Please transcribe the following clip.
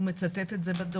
הוא מצטט את זה בדוח.